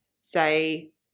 say